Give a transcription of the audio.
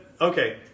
okay